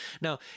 Now